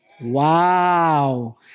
Wow